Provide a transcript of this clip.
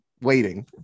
waiting